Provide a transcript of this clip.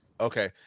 Okay